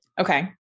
Okay